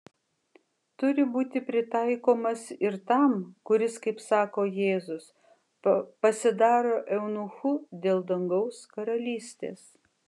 turi būti pritaikomas ir tam kuris kaip sako jėzus pasidaro eunuchu dėl dangaus karalystės